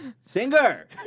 Singer